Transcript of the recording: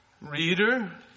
Reader